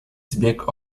zbieg